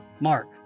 Mark